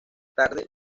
tarde